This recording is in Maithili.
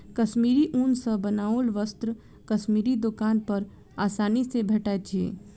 कश्मीरी ऊन सॅ बनाओल वस्त्र कश्मीरी दोकान पर आसानी सॅ भेटैत अछि